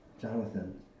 Jonathan